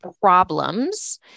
problems